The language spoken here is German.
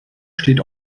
steht